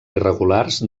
irregulars